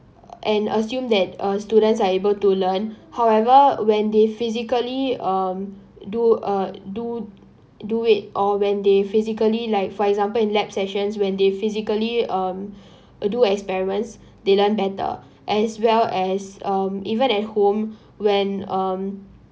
and assume that a students are able to learn however when they physically um do uh do do it or when they physically like for example in lab sessions when they physically um do experiments they learn better as well as um even at home when um